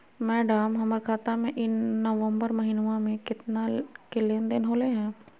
madam, हमर खाता में ई नवंबर महीनमा में केतना के लेन देन होले है